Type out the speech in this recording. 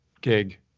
gig